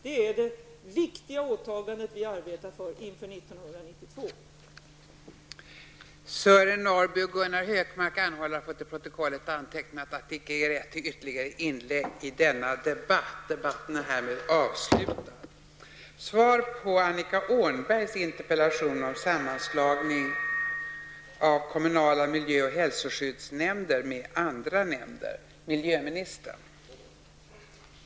Det är dessa viktiga åtaganden som vi arbetar för inför 1992 års konferens.